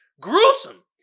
gruesome